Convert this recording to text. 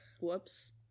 whoops